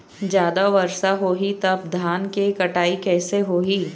जादा वर्षा होही तब धान के कटाई कैसे होही?